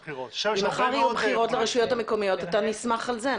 מחר יהיו בחירות לרשויות מקומיות ואתה נסמך על זה,